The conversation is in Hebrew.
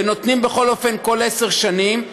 ונותנים בכל אופן כל עשר שנים,